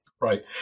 Right